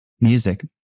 music